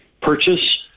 purchase